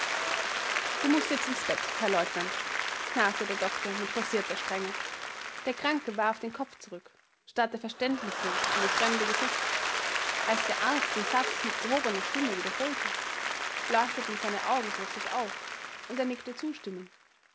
du mußt jetzt ins bett herr leutnant knarrte der doktor mit forcierter strenge der kranke warf den kopf zurück starrte verständnislos in das fremde gesicht als der arzt den satz mit gehobener stimme wiederholte leuchteten seine augen plötzlich auf und er nickte zustimmend